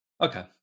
Okay